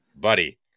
buddy